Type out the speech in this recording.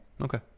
Okay